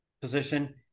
position